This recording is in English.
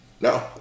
No